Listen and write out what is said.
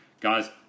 guys